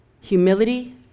Humility